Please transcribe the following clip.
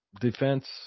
defense